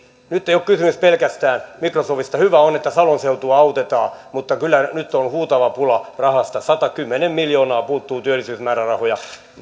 nyt ei ole kysymys pelkästään microsoftista hyvä on että salon seutua autetaan mutta kyllä nyt on huutava pula rahasta satakymmentä miljoonaa puuttuu työllisyysmäärärahoja